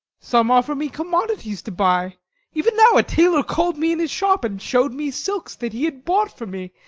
some offer me commodities to buy even now a tailor call'd me in his shop, and show'd me silks that he had bought for me,